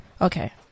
Okay